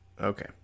Okay